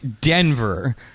Denver